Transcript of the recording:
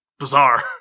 bizarre